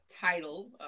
title